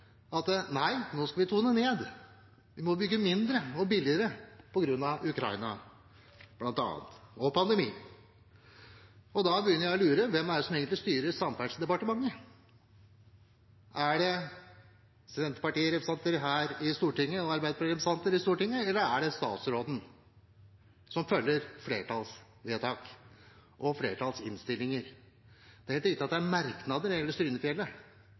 at nei, nå skal vi tone ned, vi må bygge mindre og billigere, bl.a. på grunn av Ukraina og pandemien. Da begynner jeg å lure: Hvem er det som egentlig styrer Samferdselsdepartementet? Er det senterparti- og arbeiderpartirepresentanter her i Stortinget, eller er det statsråden, som følger flertallsvedtak og flertallsinnstillinger? Det er helt riktig at det er merknader når det gjelder